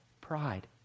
pride